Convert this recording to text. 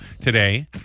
today